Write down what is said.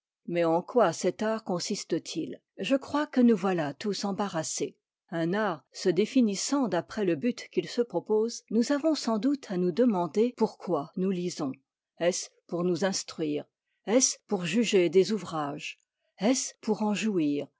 mais en quoi cet art consiste-t-il je crois que nous voilà tous embarrassés un art se définissant d'après le but qu'il se propose nous avons sans doute à nous demander pourquoi nous lisons est-ce pour nous instruire est-ce pour juger des ouvrages est-ce pour en jouir